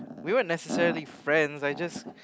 we were necessarily friends I just